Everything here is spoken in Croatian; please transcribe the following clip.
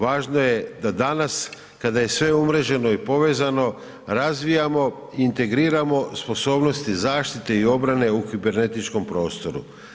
Važno je da danas kada je sve umreženo i povezano razvijamo, integriramo sposobnosti zaštite i obrane u kibernetičkom prostoru.